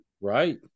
right